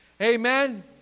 Amen